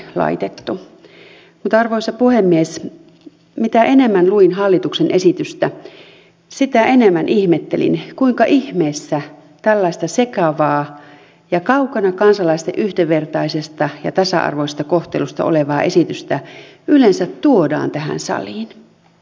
mutta arvoisa puhemies mitä enemmän luin hallituksen esitystä sitä enemmän ihmettelin kuinka ihmeessä tällaista sekavaa ja kaukana kansalaisten yhdenvertaisesta ja tasa arvoisesta kohtelusta olevaa esitystä yleensä tuodaan tähän saliin